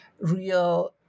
real